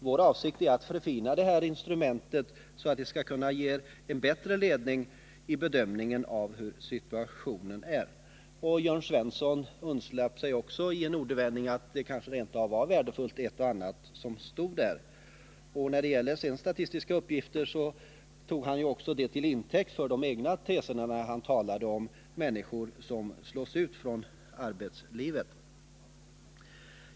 Vår avsikt är att förfina detta instrument så att det skall kunna ge en bättre ledning för bedömning av situationen. Jörn Svensson lät också i en ordvändning undslippa sig att det kanske rent av finns en del i denna redovisning som är av värde. Han använde också statistiska uppgifter som underlag för egna teser när det gäller människor som slås ut från arbetslivet.